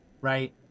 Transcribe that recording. right